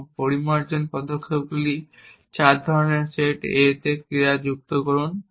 এবং পরিমার্জন পদক্ষেপগুলি চার ধরণের সেট a এ একটি ক্রিয়া যুক্ত করুন